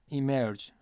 emerge